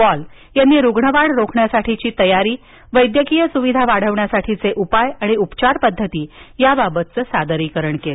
Paul यांनी रुग्णवाढ रोखण्यासाठीची तयारी वैद्यकीयसुविधा वाढवण्यासाठीचे उपाय आणि उपचारपद्धती याबाबतचं सादरीकरण केलं